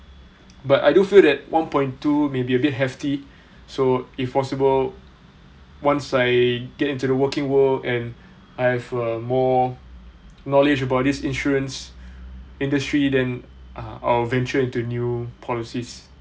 but I do feel that one point two may be a bit hefty so if possible once I get into the working world and I have a more knowledge about these insurance industry then I'll venture into new policies